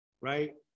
right